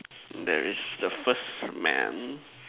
there is the first man